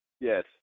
Yes